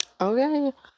Okay